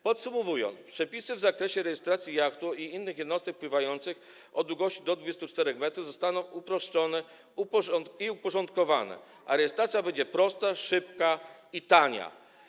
Podsumowując, przepisy w zakresie rejestracji jachtów i innych jednostek pływających o długości do 24 m zostaną uproszczone i uporządkowane, a rejestracja będzie prosta, szybka i tania.